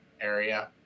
area